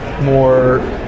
more